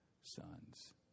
sons